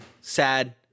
Sad